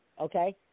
okay